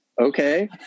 okay